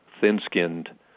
thin-skinned